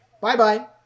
Bye-bye